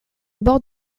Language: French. bord